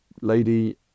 lady